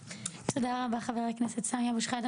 תודה רבה חבר הכנסת סמי אבו שחאדה,